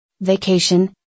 Vacation